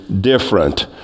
different